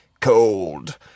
cold